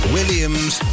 Williams